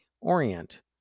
Orient